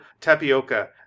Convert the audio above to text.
tapioca